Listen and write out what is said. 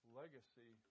legacy